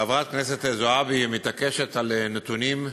חברת הכנסת זועבי מתעקשת על נתונים,